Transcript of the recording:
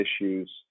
issues